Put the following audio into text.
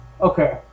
Okay